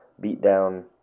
beat-down